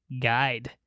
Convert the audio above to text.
guide